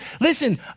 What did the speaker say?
Listen